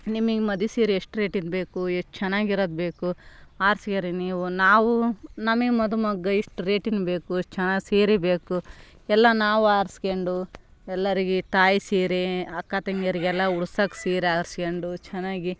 ನಿಮಗ್ ಮದ್ವೆ ಸೀರೆ ಎಷ್ಟು ರೇಟಿಂದು ಬೇಕು ಎಷ್ಟು ಚೆನ್ನಾಗಿರೋದ್ ಬೇಕು ಆರಿಸ್ಕೇರಿ ನೀವು ನಾವು ನಮಗೆ ಮದುಮಗ ಇಷ್ಟು ರೇಟಿಂದು ಬೇಕು ಇಷ್ಟು ಚೆನ್ನಾ ಸೀರೆ ಬೇಕು ಎಲ್ಲ ನಾವು ಆರಿಸ್ಕೊಂಡು ಎಲ್ಲರಿಗೆ ತಾಯಿ ಸೀರೆ ಅಕ್ಕ ತಂಗಿಯರಿಗೆಲ್ಲ ಉಡ್ಸೋಕ್ ಸೀರೆ ಆರಿಸ್ಕೊಂಡು ಚೆನ್ನಾಗಿ